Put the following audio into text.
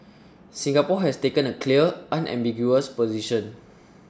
Singapore has taken a clear unambiguous position